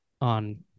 on